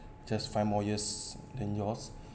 just five more years than yours